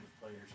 players